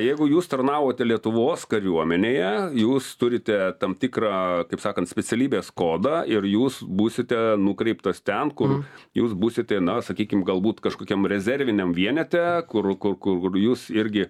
jeigu jūs tarnavote lietuvos kariuomenėje jūs turite tam tikrą kaip sakant specialybės kodą ir jūs būsite nukreiptas ten kur jūs būsite na sakykim galbūt kažkokiam rezerviniam vienete kur kur kur jus irgi